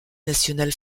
nationale